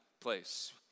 place